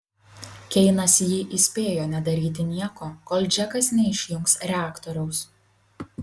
keinas jį įspėjo nedaryti nieko kol džekas neišjungs reaktoriaus